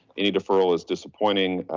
any deferral is disappointing.